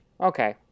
Okay